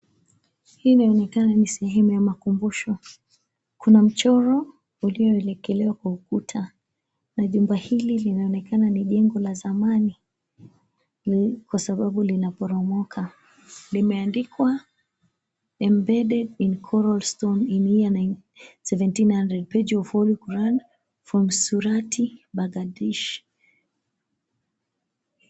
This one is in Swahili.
Hii inaonekana ni sehemu ya makumbusho. Kuna mchoro ulioekelewa kwa ukuta na jumba hili linaonekana ni jengo la zamani kwa sababu linaporomoka. Limeandikwa,"Embedded in coral stone in year 1700 page of Uru Kuran from Surati Baradhish."